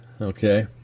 Okay